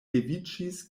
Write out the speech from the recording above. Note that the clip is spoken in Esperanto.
leviĝis